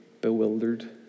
bewildered